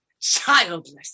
childless